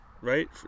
Right